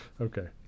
Okay